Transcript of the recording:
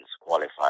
qualify